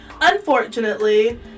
unfortunately